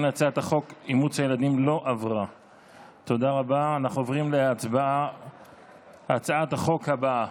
אנחנו עוברים להצעת החוק הבאה,